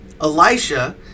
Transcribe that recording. elisha